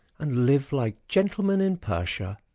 and live like gentlemen in persia.